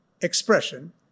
expression